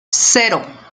cero